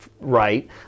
right